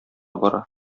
бара